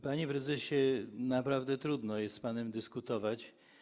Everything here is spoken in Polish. Panie prezesie, naprawdę trudno jest z panem dyskutować.